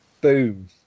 Boom